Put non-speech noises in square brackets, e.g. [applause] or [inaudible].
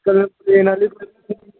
[unintelligible] complaint आह्ली कोई